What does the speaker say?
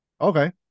Okay